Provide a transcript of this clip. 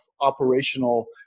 operational